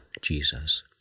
Jesus